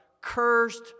cursed